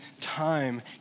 time